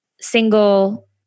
single